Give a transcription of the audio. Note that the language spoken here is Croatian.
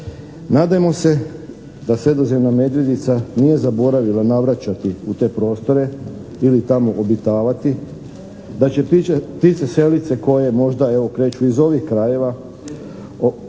Nadajmo se da sredozemna medvjedica nije zaboravila navraćati u te prostore ili tamo obitavati, da će ptice selice koje možda evo kreću iz ovih krajeva,